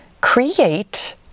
create